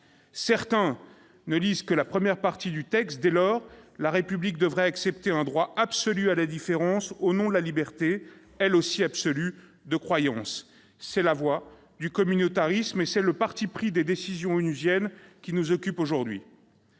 Certains ne lisent que la première partie du texte ; dès lors, la République devrait accepter un droit absolu à la différence au nom de la liberté, elle aussi absolue, de croyance. C'est la voie du communautarisme et c'est le parti pris des décisions onusiennes qui nous occupent aujourd'hui.